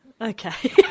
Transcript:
Okay